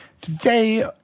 Today